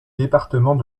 département